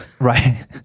Right